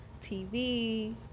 TV